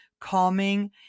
calming